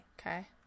Okay